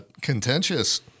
contentious